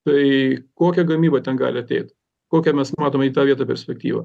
tai kokia gamyba ten gali ateit kokią mes matome į tą vietą perspektyvą